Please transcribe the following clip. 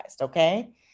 okay